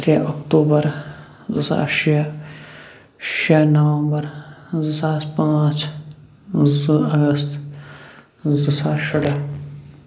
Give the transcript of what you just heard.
ترٛےٚ اکتوٗبر زٕ ساس شےٚ شےٚ نومبر زٕ ساس پانٛژھ زٕ اگست زٕ زٕ ساس شُراہ